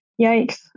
Yikes